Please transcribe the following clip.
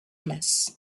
place